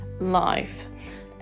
Life